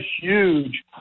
huge